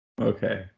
Okay